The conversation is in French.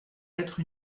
être